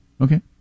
Okay